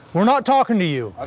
we're not talking to you. ah